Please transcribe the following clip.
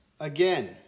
again